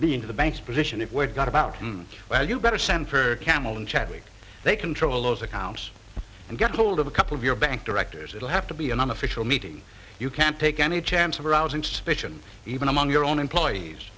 into the banks position if word got about well you better send for her camel and chadwick they control those accounts and get hold of a couple of your bank directors it'll have to be an unofficial meeting you can't take any chance of arousing suspicion even among your own employees